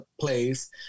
place